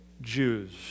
Jews